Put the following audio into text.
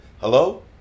hello